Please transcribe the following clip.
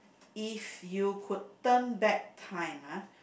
if you could turn back time ah